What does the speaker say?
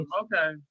Okay